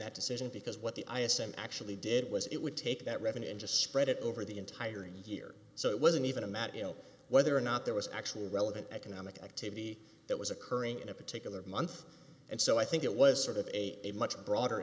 that decision because what the i assume actually did was it would take that revenue and just spread it over the entire year so it wasn't even a mat you know whether or not there was actually relevant economic activity that was occurring in a particular month and so i think it was sort of a a much broader